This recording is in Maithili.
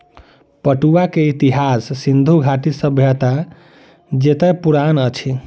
पटुआ के इतिहास सिंधु घाटी सभ्यता जेतै पुरान अछि